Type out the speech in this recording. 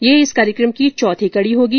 यह इस कार्यकम की चौथी कड़ी होगी